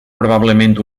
probablement